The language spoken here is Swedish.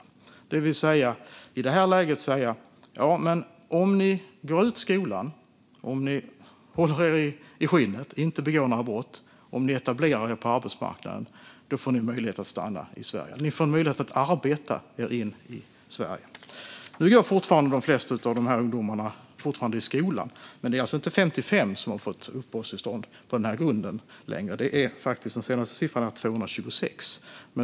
I det läget sa vi därför att om ni går ut skolan, håller er i skinnet och inte begår några brott och om ni etablerar er på arbetsmarknaden får ni möjlighet att stanna i Sverige. Ni får en möjlighet att arbeta er in i Sverige. Nu går de flesta av de här ungdomarna fortfarande i skolan. Det är inte heller 55 som har fått uppehållstillstånd på den här grunden längre, utan den senaste siffran är faktiskt 226.